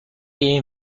این